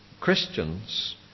Christians